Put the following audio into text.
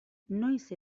noiz